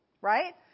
right